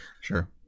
sure